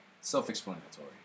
Self-explanatory